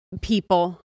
people